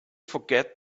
forget